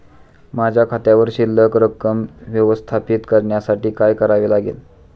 माझ्या खात्यावर शिल्लक रक्कम व्यवस्थापित करण्यासाठी काय करावे लागेल?